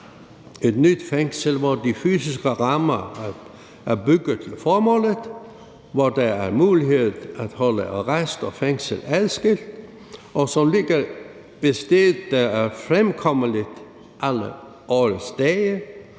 et nyt fængsel, hvor de fysiske rammer er bygget til formålet; hvor der er mulighed for at holde arrest og fængsel adskilt; som ligger et sted, der er fremkommeligt alle årets dage,